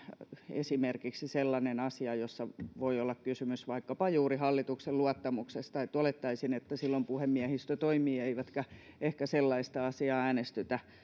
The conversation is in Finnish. esimerkiksi sellainen asia jossa voi olla kysymys vaikkapa juuri hallituksen luottamuksesta olettaisin että silloin puhemiehistö toimii eikä ehkä sellaista asiaa